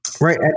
Right